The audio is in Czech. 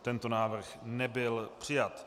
Tento návrh nebyl přijat.